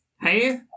Hey